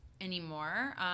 anymore